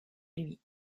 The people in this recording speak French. lui